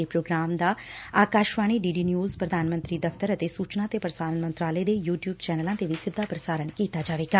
ਇਸ ਪ੍ਰੋਗਰਾਮ ਦਾ ਆਕਾਸ਼ਵਾਣੀ ਡੀ ਡੀ ਨਿਊਜ਼ ਪ੍ਰਧਾਨ ਮੰਤਰੀ ਦਫ਼ਤਰ ਅਤੇ ਸੁਚਨਾ ਅਤੇ ਪ੍ਰਸਾਰਣ ਮੰਤਰਾਲੇ ਦੇ ਯੁ ਟਿਉਬ ਚੈਨਲਾਂ ਤੇ ਵੀ ਸਿੱਧਾ ਪ੍ਰਸਾਰਣ ਕੀਤਾ ਜਾਵੇਗਾ